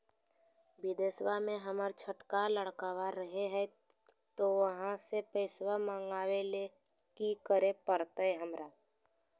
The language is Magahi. बिदेशवा में हमर छोटका लडकवा रहे हय तो वहाँ से पैसा मगाबे ले कि करे परते हमरा?